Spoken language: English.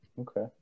Okay